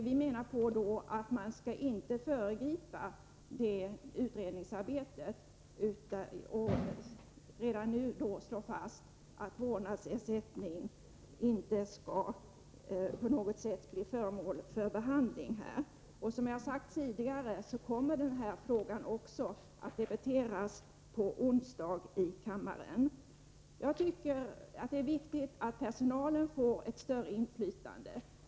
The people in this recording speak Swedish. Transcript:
Vi menar att man inte skall föregripa det utredningsarbetet och redan nu slå fast att vårdnadsersättning inte skall på något sätt bli föremål för behandling här. Som jag har sagt tidigare kommer denna fråga att debatteras i kammaren även på onsdag. Det är viktigt att personalen får ett större inflytande.